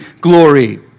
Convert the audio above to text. glory